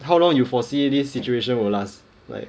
how long you foresee this situation will last like